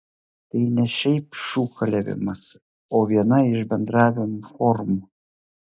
tai ne šiaip šūkavimas o viena iš bendravimo formų